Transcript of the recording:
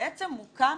בעצם הוקם